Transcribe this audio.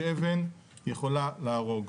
שאבן יכולה להרוג.